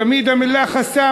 תמיד המילה "חסם",